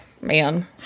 Man